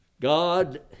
God